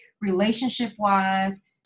relationship-wise